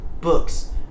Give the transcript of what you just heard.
books